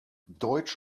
deutsch